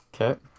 Okay